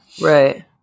Right